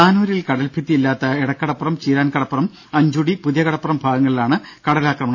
താനൂരിൽ കടൽഭിത്തി ഇല്ലാത്ത എടക്കടപ്പുറം ചീരാൻകടപ്പുറം അഞ്ചുടി പുതിയകടപ്പുറം ഭാഗങ്ങളിലാണ് കടലാക്രമണം